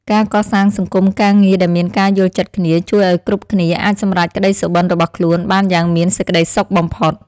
ការកសាងសង្គមការងារដែលមានការយល់ចិត្តគ្នាជួយឱ្យគ្រប់គ្នាអាចសម្រេចក្តីសុបិនរបស់ខ្លួនបានយ៉ាងមានសេចក្តីសុខបំផុត។